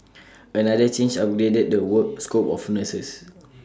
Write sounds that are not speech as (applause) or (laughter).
(noise) another change upgraded the work scope of nurses (noise)